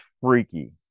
freaky